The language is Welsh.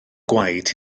gwaed